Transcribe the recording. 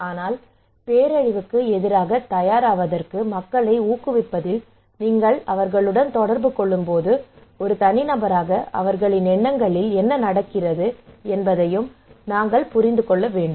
ஆனால் பேரழிவுக்கு எதிராகத் தயாராவதற்கு மக்களை ஊக்குவிப்பதில் நீங்கள் அவர்களுடன் தொடர்பு கொள்ளும்போது ஒரு தனிநபராக அவர்களின் எண்ணங்களில் என்ன நடக்கிறது என்பதையும் நாங்கள் புரிந்து கொள்ள வேண்டும்